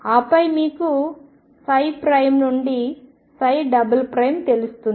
ఆపై మీకు నుండి తెలుస్తుంది